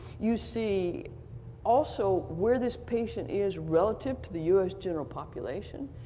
you see also where this patient is relative to the u s. general population.